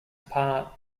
apart